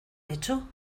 hecho